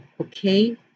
okay